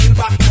back